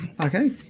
Okay